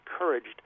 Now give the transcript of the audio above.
encouraged